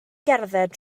gerdded